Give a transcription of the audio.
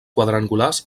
quadrangulars